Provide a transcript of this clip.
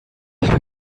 habe